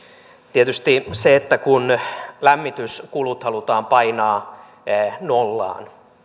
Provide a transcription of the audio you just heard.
tietysti se kun lämmityskulut halutaan painaa nollaan